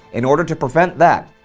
in order to prevent that,